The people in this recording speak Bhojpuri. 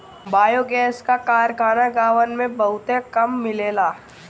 बायोगैस क कारखाना गांवन में बहुते कम मिलेला